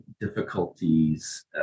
difficulties